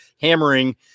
hammering